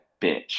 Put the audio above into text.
bitch